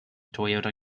toyota